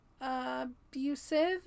abusive